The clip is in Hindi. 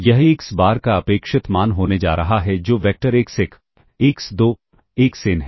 यह एक्स बार का अपेक्षित मान होने जा रहा है जो vector x 1 x 2 x n है